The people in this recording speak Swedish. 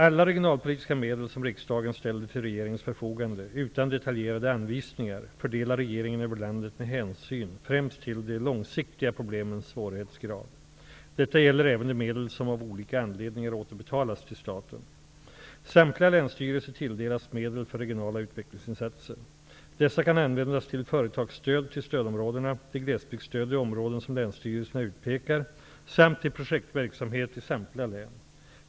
Alla regionalpolitiska medel, som riksdagen ställer till regeringens förfogande utan detaljerade anvisningar, fördelar regeringen över landet med hänsyn främst till de långsiktiga problemens svårighetsgrad. Detta gäller även de medel som av olika anledningar återbetalas till staten. Samtliga länsstyrelser tilldelas medel för regionala utvecklingsinsatser. Dessa kan användas till företagsstöd i stödområdena, till glesbygdsstöd i områden som länsstyrelserna utpekar samt till projektverksamhet i samtliga län.